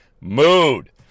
mood